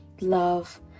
love